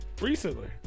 recently